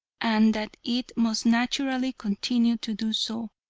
and that it must naturally continue to do so,